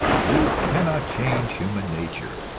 you cannot change human nature.